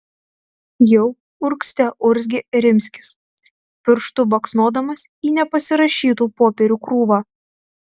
jau urgzte urzgė rimskis pirštu baksnodamas į nepasirašytų popierių krūvą